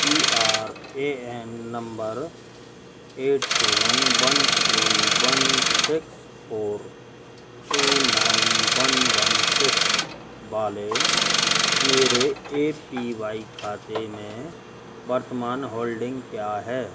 P R A N number eight seven one two one six four two nine one one six वाले मेरे A P Y खाते में वर्तमान holding क्या है